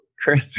Chris